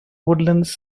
woodlands